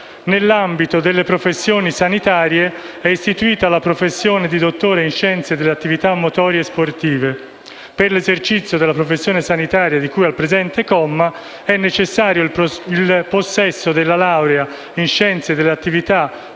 «Nell'ambito delle professioni sanitarie è istituita la professione di dottore in scienze delle attività motorie e sportive». Per l'esercizio dell'attività sanitaria di cui al presente comma è necessario il possesso della laurea in scienze delle attività motorie e sportive